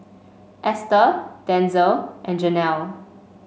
Easter Denzel and Jenelle